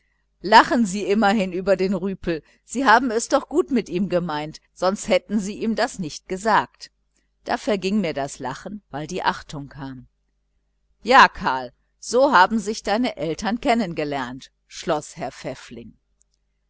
lachen sie immerhin über den rüpel sie haben es doch gut mit ihm gemeint sonst hätten sie ihm das nicht gesagt da verging mir das lachen weil die achtung kam ja karl so haben sich deine eltern kennen gelernt schloß herr pfäffling